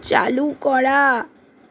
চালু করা